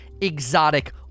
exotic